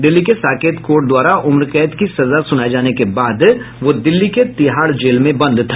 दिल्ली के साकेत कोर्ट द्वारा उम्रकैद की सजा सुनाये जाने के बाद वो दिल्ली के तिहाड़ जेल में बंद था